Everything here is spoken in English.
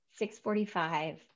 645